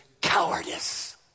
cowardice